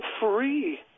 free